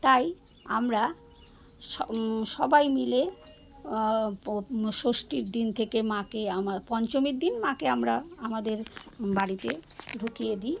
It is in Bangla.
তাই আমরা স সবাই মিলে ষষ্ঠীর দিন থেকে মাকে আবার পঞ্চমীর দিন মাকে আমরা আমাদের বাড়িতে ঢুকিয়ে দিই